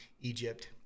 Egypt